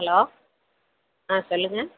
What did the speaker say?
hello ஆ சொல்லுங்கள்